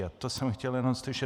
A to jsem chtěl jenom slyšet.